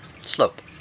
Slope